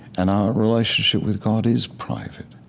and our relationship with god is private,